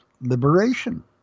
liberation